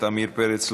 עמיר פרץ,